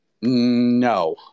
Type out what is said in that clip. No